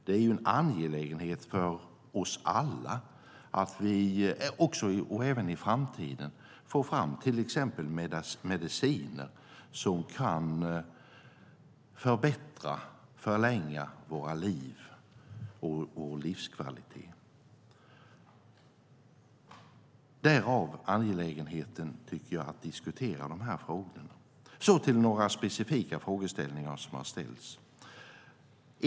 Det är en angelägenhet för oss alla att vi även i framtiden får fram till exempel mediciner som kan förlänga våra liv och förbättra vår livskvalitet - därav angelägenheten att diskutera dessa frågor. Så till några specifika frågor som har ställts.